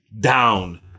down